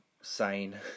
sane